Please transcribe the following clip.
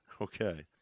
Okay